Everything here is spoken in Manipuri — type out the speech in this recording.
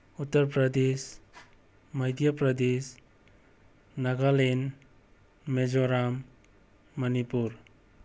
ꯎꯇꯔꯄ꯭ꯔꯗꯦꯁ ꯃꯩꯗ꯭ꯌꯥꯄ꯭ꯔꯗꯦꯁ ꯅꯒꯥꯂꯦꯟ ꯃꯦꯖꯣꯔꯥꯝ ꯃꯅꯤꯄꯨꯔ